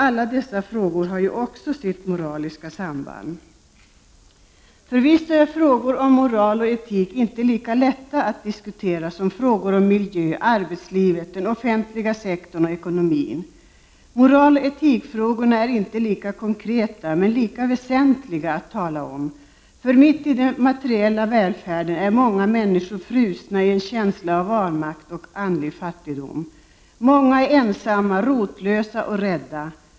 Alla dessa frågor har ju också sitt moraliska samband. Förvisso är frågor om moral och etik inte lika enkla att diskutera som frågor om miljö, arbetslivet, den offentliga sektorn och ekonomin. Moraloch etikfrågorna är inte lika konkreta, men det är lika väsentligt att tala om dem. Mitt i den materiella välfärden är många människor frusna i en känsla och vanmakt och andlig fattigdom. Många är ensamma, rotlösa och rädda.